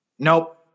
Nope